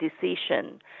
decision